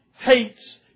hates